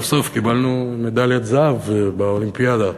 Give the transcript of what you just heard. סוף-סוף קיבלנו מדליית זהב באולימפיאדה.